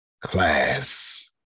class